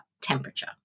temperature